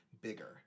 bigger